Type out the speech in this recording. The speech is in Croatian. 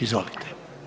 Izvolite.